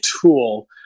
tool